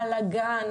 בלאגן,